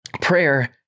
prayer